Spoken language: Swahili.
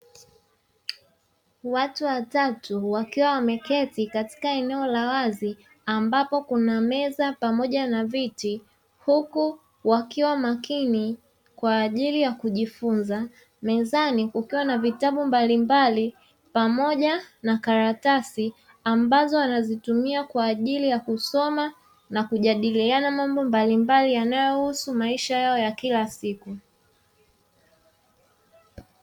Watu watatu wakiwa wameketi katika eneo la wazi ambapo kuna meza pamoja na viti huku wakiwa makini kwaajili ya kujifunza, mezani kukiwa na vitabu mbalimbali pamoja na karatasi ambazo wanazitumia kwaajili ya kusoma na kujadiliana mambo mbalimbali yanayohusu maisha yao ya kila siku.